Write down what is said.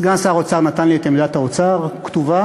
סגן שר האוצר נתן לי את עמדת האוצר כתובה.